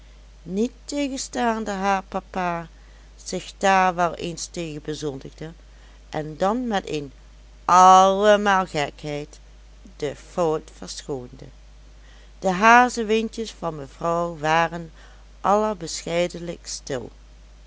niettegenstaande haar papa zich daar wel eens tegen bezondigde en dan met een allemaal gekheid de fout verschoonde de hazewindjes van mevrouw waren allerbescheidenlijkst stil